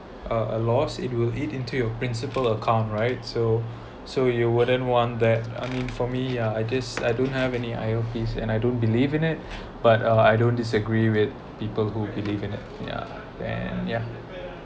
a a loss it will eat into your principal account right so so you wouldn't want that I mean for me yeah I guess I don't have any I_L_P's and I don't believe in it but uh I don't disagree with people who believe in it yeah then yeah